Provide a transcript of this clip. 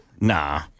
Nah